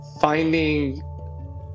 finding